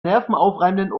nervenaufreibenden